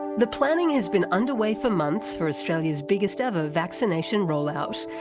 the planning has been underway for months for australia's biggest-ever vaccination roll-out.